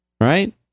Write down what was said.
Right